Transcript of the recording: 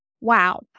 Wow